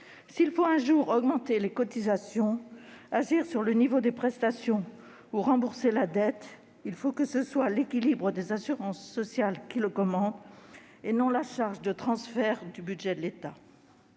S'il faut un jour augmenter les cotisations, agir sur le niveau des prestations ou rembourser la dette, il faut que ce soit l'équilibre des assurances sociales qui le commande, et non la charge des transferts du budget de l'État.